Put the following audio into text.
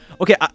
Okay